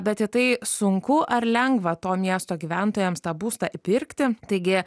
bet į tai sunku ar lengva to miesto gyventojams tą būstą įpirkti taigi